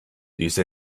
diese